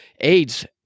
AIDS